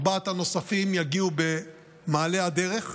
ארבעת הנוספים יגיעו במעלה הדרך.